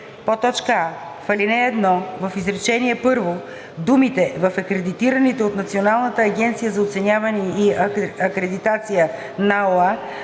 3: а) в ал. 1 в изречение първо думите „в акредитираните от Националната агенция за оценяване и акредитация (НАОА)